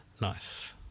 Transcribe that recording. Nice